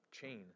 Chain